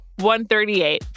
138